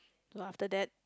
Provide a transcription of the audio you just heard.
so after that